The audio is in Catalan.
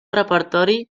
repertori